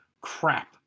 crap